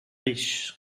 riche